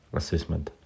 assessment